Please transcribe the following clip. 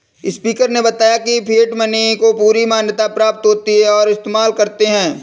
speaker ने बताया की फिएट मनी को पूरी मान्यता प्राप्त होती है और इस्तेमाल करते है